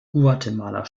guatemala